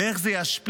ואיך זה ישפיע.